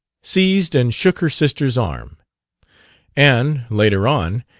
seized and shook her sister's arm and, later on,